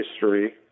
history